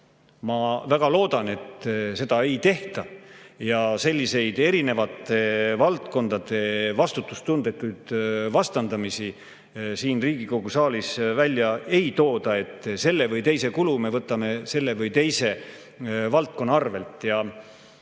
Ma väga loodan, et seda ei tehta ja selliseid erinevate valdkondade vastutustundetuid vastandamisi siin Riigikogu saalis välja ei [käida], et selle või teise kulu me teeme selle või teise valdkonna